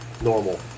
normal